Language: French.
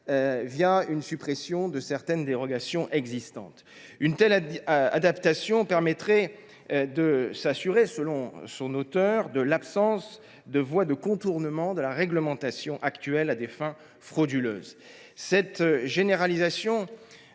via la suppression de certaines dérogations. Une telle adaptation permettrait de s’assurer, selon son auteur, de l’absence de voies de contournement de la réglementation actuelle à des fins frauduleuses. Cette généralisation